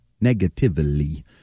negatively